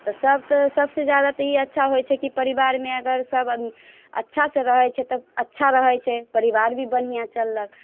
तऽ सभ तऽ सभ से जादा तऽ ई अच्छा होइत छै कि परिवारमे अगर सभ आदमी अच्छा से रहैत छै तऽ अच्छा रहैत छै परिवार भी बढ़िआँ चललक